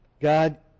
God